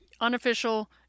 unofficial